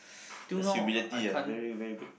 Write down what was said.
that's humility ah very very good